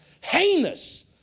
heinous